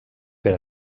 per